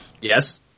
Yes